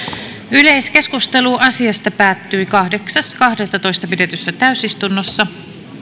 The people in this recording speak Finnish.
yleiskeskustelu asiasta päättyi kahdeksas kahdettatoista kaksituhattaseitsemäntoista pidetyssä täysistunnossa